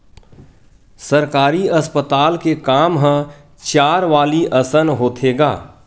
सरकारी अस्पताल के काम ह चारवाली असन होथे गा